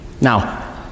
Now